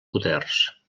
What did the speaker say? poders